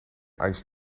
ice